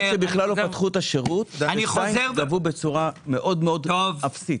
פתחו את השירות, ושתיים שגבו בצורה מאוד אפסית.